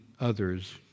others